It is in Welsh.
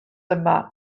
yma